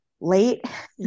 late